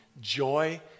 Joy